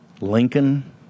Lincoln